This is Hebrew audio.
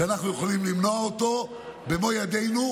שאנחנו יכולים למנוע אותו במו ידינו,